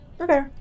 Okay